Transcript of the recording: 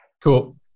cool